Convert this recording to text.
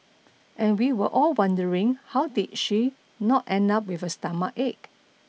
and we were all wondering how did she not end up with a stomachache